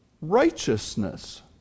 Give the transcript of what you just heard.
righteousness